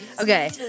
Okay